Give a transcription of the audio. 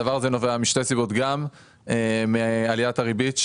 הדבר הזה נובע משתי סיבות: גם מעליית הריבית,